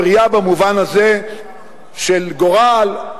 הבריאה במובן הזה של גורל.